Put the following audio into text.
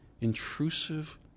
intrusive